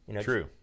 True